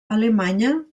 alemanya